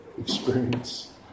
experience